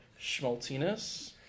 schmaltiness